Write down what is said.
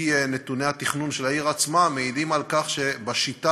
כי נתוני התכנון של העירייה עצמה מעידים על כך שבשיטה